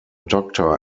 doctor